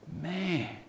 Man